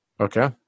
Okay